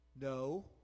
No